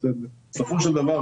בסופו של דבר,